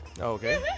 Okay